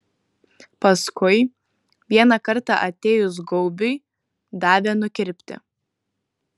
paskui vieną kartą atėjus gaubiui davė nukirpti